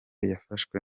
yafashwe